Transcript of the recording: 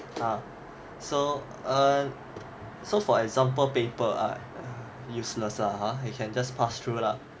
ah so err so for example paper ah useless lah ha you can just pass through lah